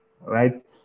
right